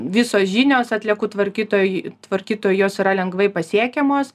visos žinios atliekų tvarkytoj tvarkytojui jos yra lengvai pasiekiamos